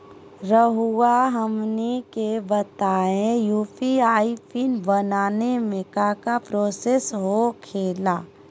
रहुआ हमनी के बताएं यू.पी.आई पिन बनाने में काका प्रोसेस हो खेला?